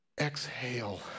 exhale